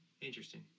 Interesting